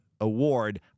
award